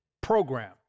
program